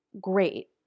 great